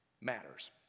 matters